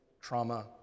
trauma